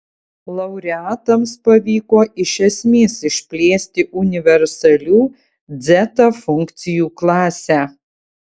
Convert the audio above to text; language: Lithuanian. laureatams pavyko iš esmės išplėsti universalių dzeta funkcijų klasę